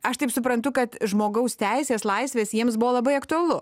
aš taip suprantu kad žmogaus teisės laisvės jiems buvo labai aktualu